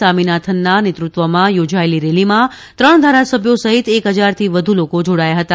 સામીનાથનના નેતૃત્વમાં યોજાયેલી રેલીમાં ત્રણ ધારાસભ્યો સહિત એક હજારથી વધુ લોકો જોડાયા હતા